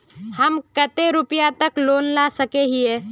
हम कते रुपया तक लोन ला सके हिये?